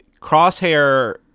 crosshair